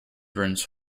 burns